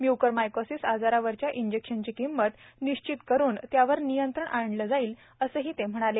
mucormycosis आजारावरच्या इंजेक्शनची किंमत निश्चित करून त्यावर नियंत्रण आणलं जाईल असंही ते म्हणाले